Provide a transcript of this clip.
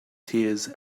tears